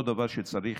לא צריך